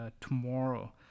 tomorrow